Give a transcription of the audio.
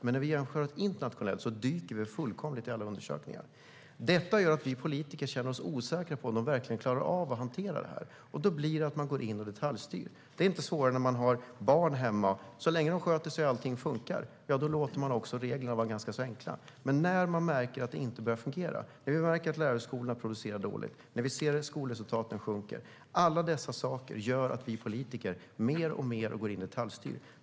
Men när vi jämför Sverige internationellt dyker våra resultat i alla undersökningar. Detta gör att vi politiker känner oss osäkra på om de verkligen klarar av att hantera detta. Då blir resultatet att man går in och detaljstyr. Det är inte svårare än när man har barn hemma. Så länge de sköter sig och allting funkar låter man också reglerna vara ganska enkla. Men när vi märker att det inte fungerar längre, när vi märker att lärarna och skolorna producerar dåligt och när vi ser att skolresultaten sjunker gör alla dessa saker att vi politiker mer och mer går in och detaljstyr.